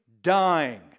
dying